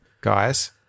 guys